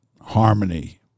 harmony